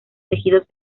tejidos